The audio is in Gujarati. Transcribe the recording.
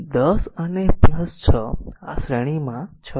તેથી 10 અને 6 આ શ્રેણીમાં R છે